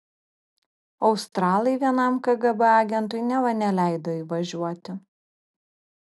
australai vienam kgb agentui neva neleido įvažiuoti